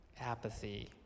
Apathy